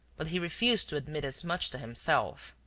but he refused to admit as much to himself.